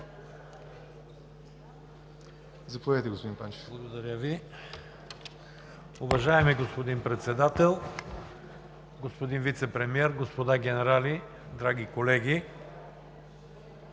Заповядайте, господин Панчев.